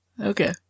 Okay